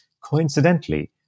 Coincidentally